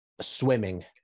swimming